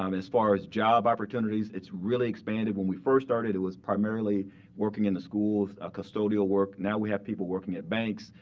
um as far as job opportunities, it's really expanded. when we first started, it was primarily working in the school with ah custodial work. now we have people working at banks,